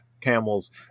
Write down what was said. camels